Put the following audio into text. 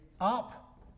up